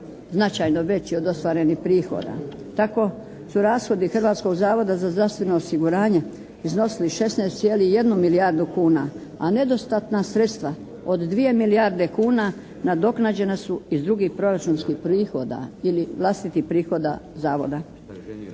značajno veći od ostvarenih prihoda. Tako su rashodi Hrvatskog zavoda za zdravstveno osiguranje iznosili 16,1 milijardu kuna, a nedostatna sredstva od 2 milijarde kuna nadoknađena su iz drugih proračunskih prihoda ili vlastitih prihoda zavoda.